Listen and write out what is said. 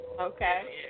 Okay